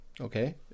Okay